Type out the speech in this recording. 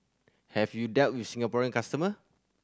have you dealt with the Singaporean customer